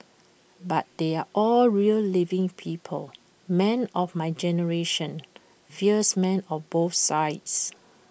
but they are all real living people men of my generation fierce men on both sides